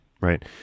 right